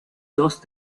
dos